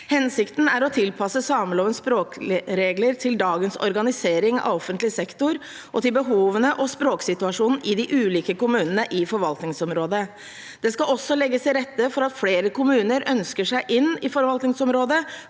Hensikten er å tilpasse samelovens språkregler til dagens organisering av offentlig sektor og til behovene og språksituasjonen i de ulike kommunene i forvaltningsområdet. Det skal også legges til rette for at flere kommuner ønsker seg inn i forvaltningsområdet